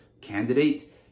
candidate